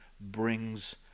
brings